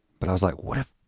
but i was like what if